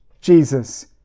jesus